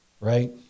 right